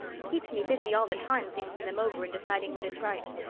it keeps me busy all the time thinking them over and deciding what is right.